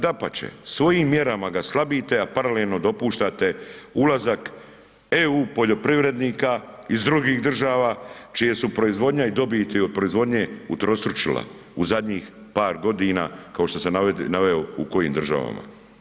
Dapače svojim mjerama ga slabite, a paralelno dopuštate ulazak EU poljoprivrednika iz drugih država čija su proizvodnja i dobiti od proizvodnje utrostručila u zadnjih par godina kao što sam naveo u kojim državama.